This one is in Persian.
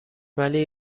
ولی